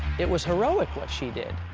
it was heroic, what she did,